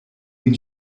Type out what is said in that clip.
been